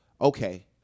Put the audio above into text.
okay